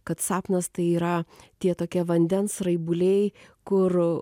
kad sapnas tai yra tie tokie vandens raibuliai kur